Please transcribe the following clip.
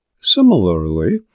Similarly